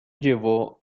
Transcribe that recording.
llevó